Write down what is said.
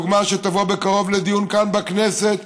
הדוגמה שתבוא בקרוב לדיון כאן בכנסת